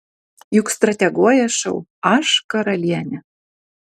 juk strateguoja šou aš karalienė